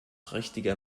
richtige